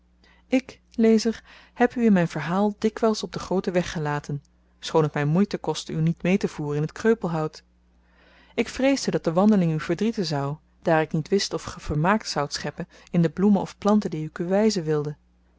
ik lezer heb u in myn verhaal dikwyls op den grooten weg gelaten schoon t my moeite kostte u niet meetevoeren in t kreupelhout ik vreesde dat de wandeling u verdrieten zou daar ik niet wist of ge vermaak zoudt scheppen in de bloemen of planten die ik u wyzen wilde